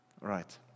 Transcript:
Right